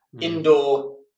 indoor